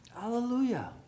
hallelujah